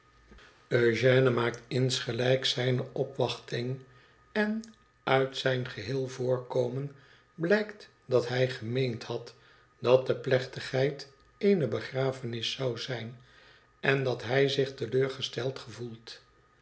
ëugène maakt insgelijks zijne opwachting en uit zijn geheel voorkomen blijkt dat hij gemeend had dat de plechtigheid eene begrafenis zou zijn en dat hij zich